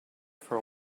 for